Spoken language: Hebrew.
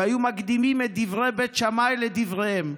והיו מקדימים את דברי בית שמאי לדבריהם,